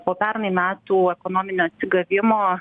po pernai metų ekonominio atsigavimo